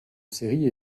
séries